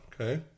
okay